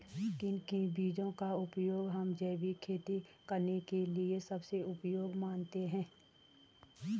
किन किन बीजों का उपयोग हम जैविक खेती करने के लिए सबसे उपयोगी मानते हैं?